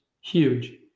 huge